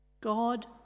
God